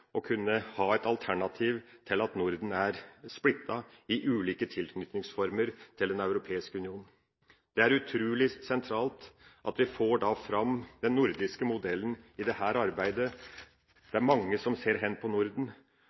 å kunne ha et alternativ til at Norden er splittet i ulike tilknytningsformer til Den europeiske union. Det er utrolig sentralt at vi da får fram den nordiske modellen i dette arbeidet. Det er mange som ser hen til Norden,